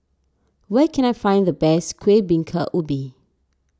where can I find the best Kuih Bingka Ubi